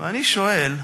ואני שואל: